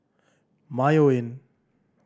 Mayo Inn